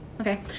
Okay